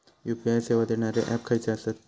UPI सेवा देणारे app खयचे आसत?